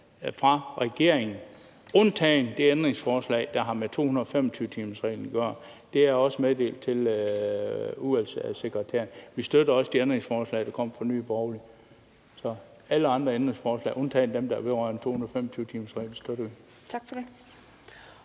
fra regeringen, undtagen det ændringsforslag, der har med 225-timersreglen at gøre. Det har jeg også meddelt udvalgssekretæren. Vi støtter også de ændringsforslag, der kom fra Nye Borgerlige. Så alle andre ændringsforslag, undtagen dem, der vedrører 225-timersreglen, støtter vi. Kl.